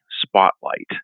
spotlight